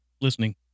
listening